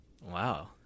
wow